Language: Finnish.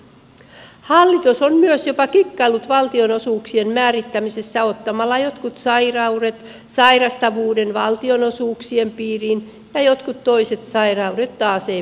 hallitus on myös jopa kikkaillut valtionosuuksien määrittämisessä ottamalla jotkut sairaudet sairastavuuden valtionosuuksien piiriin ja jotkut toiset sairaudet taas eivät vaikuta